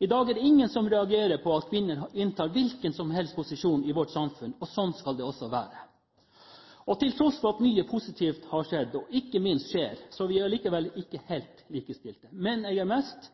I dag er det ingen som reagerer på at kvinner inntar hvilken som helst posisjon i vårt samfunn, og sånn skal det også være. Til tross for at mye positivt har skjedd, og ikke minst skjer, er vi ikke helt likestilte. Menn eier mest,